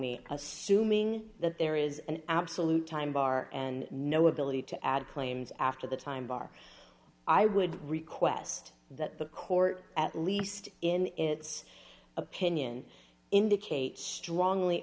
me assuming that there is an absolute time bar and no ability to add claims after the time bar i would request that the court at least in its opinion indicate strongly